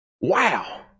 Wow